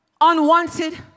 unwanted